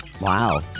Wow